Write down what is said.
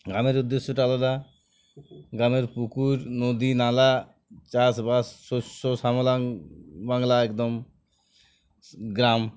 গ্রামের উদ্দেশ্যটা আলাদা গ্রামের পুকুর নদী নালা চাষবাস শস্য শ্যামলা বাংলা একদম গ্রাম